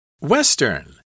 Western